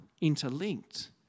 interlinked